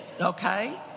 okay